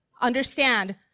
understand